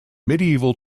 medieval